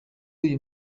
uyu